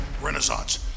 renaissance